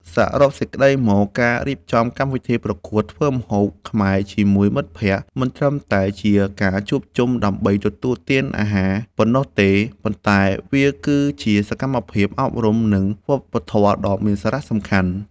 សរុបសេចក្ដីមក ការរៀបចំកម្មវិធីប្រកួតធ្វើម្ហូបខ្មែរជាមួយមិត្តភក្តិ មិនត្រឹមតែជាការជួបជុំដើម្បីទទួលទានអាហារប៉ុណ្ណោះទេ ប៉ុន្តែវាគឺជាសកម្មភាពអប់រំ និងវប្បធម៌ដ៏មានសារៈសំខាន់។